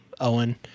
Owen